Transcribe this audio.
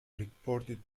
reported